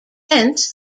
hence